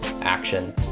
Action